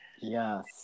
Yes